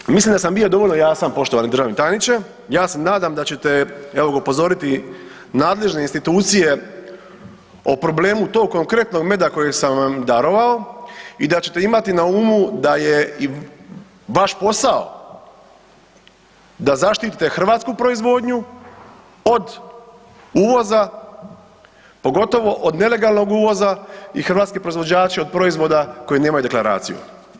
Dakle, mislim da sam bio dovoljno jasan, poštovani državni tajniče, ja se nadam da ćete, evo, upozoriti nadležne institucije o problemu tog konkretnog meda kojeg sam vam darovao i da ćete imati na umu da je i vaš posao da zaštitite hrvatsku proizvodnju od uvoza, pogotovo od nelegalnog uvoza i hrvatski proizvođači od proizvoda koji nemaju deklaraciju.